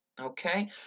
Okay